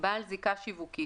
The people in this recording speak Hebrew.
"בעל זיקה שיווקית"